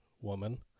woman